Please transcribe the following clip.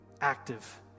active